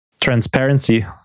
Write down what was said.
Transparency